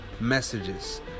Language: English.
messages